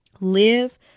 live